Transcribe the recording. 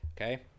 okay